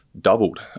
doubled